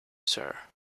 sir